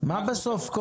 מה קורה בסוף,